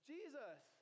Jesus